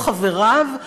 או חבריו,